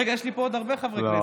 רגע, יש לי פה עוד הרבה חברי כנסת.